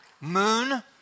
Moon